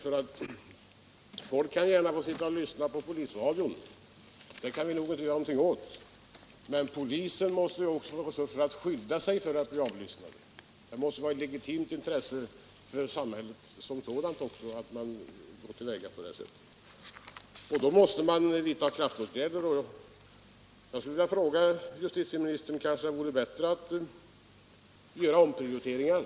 Folk kan gärna sitta och lyssna på polisradion — det kan vi nog inte göra någonting åt — men det måste vara ett legitimt intresse för samhället att polisen får resurser för att skydda sig mot att bli avlyssnad. För det fordras kraftåtgärder, och jag vill fråga justitieministern om det inte vore bättre att göra omprioriteringar.